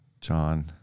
John